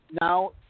Now